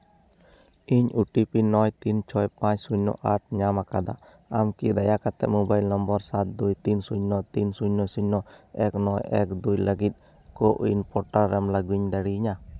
ᱤᱧ O T P ᱱᱚᱭ ᱛᱤᱱ ᱪᱷᱚᱭ ᱯᱟᱸᱪ ᱥᱩᱱᱱᱚ ᱟᱴ ᱧᱟᱢ ᱠᱟᱫᱟ ᱟᱢ ᱠᱤ ᱫᱟᱭᱟ ᱠᱟᱛᱮᱜ ᱢᱳᱵᱟᱭᱤᱞ ᱱᱚᱢᱵᱚᱨ ᱥᱟᱛ ᱫᱩᱭ ᱛᱤᱱ ᱥᱩᱱᱱᱚ ᱛᱤᱱ ᱥᱩᱱᱱᱚ ᱥᱩᱱᱱᱚ ᱮᱠ ᱱᱚᱭ ᱮᱠ ᱫᱩᱭ ᱞᱟᱹᱜᱤᱫ ᱠᱳᱼᱩᱭᱤᱱ ᱯᱨᱳᱴᱟᱞ ᱨᱮᱢ ᱞᱚᱜᱤᱱ ᱫᱟᱲᱮᱭᱤᱧᱟ